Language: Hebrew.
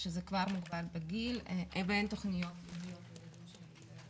שזה כבר מוגבל בגיל ואין תכניות ייעודיות לילדים שמגיעים גדולים יותר.